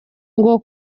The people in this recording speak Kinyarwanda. ngo